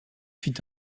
fit